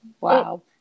wow